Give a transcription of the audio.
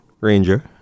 Ranger